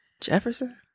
Jefferson